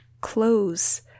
clothes